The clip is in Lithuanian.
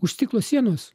už stiklo sienos